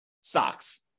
stocks